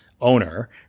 owner